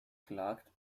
klagt